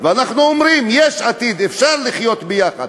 ואנחנו אומרים: יש עתיד, אפשר לחיות יחד.